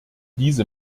diese